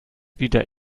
wieder